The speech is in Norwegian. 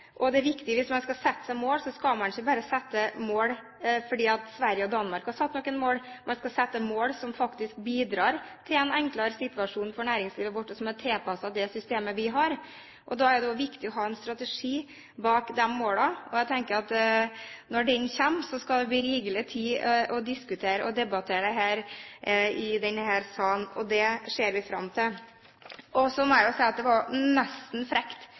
er viktig hvis man skal sette seg mål, at man ikke bare gjør det fordi Sverige og Danmark har satt seg noen mål, man skal sette seg mål som faktisk bidrar til en enklere situasjon for næringslivet vårt, og som er tilpasset det systemet vi har. Da er det også viktig å ha en strategi bak de målene. Jeg tenker at når den kommer, skal det bli rikelig tid til å diskutere det i denne salen. Det ser vi fram til. Så må jeg si at det var nesten frekt